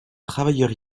travailleurs